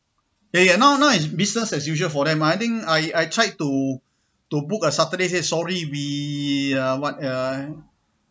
ya ya now now it's business as usual for them ah I think I I tried to to book a saturday said sorry we uh what uh